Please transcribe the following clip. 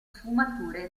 sfumature